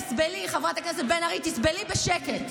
תסבלי, חברת הכנסת בן ארי, תסבלי בשקט.